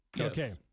Okay